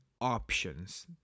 options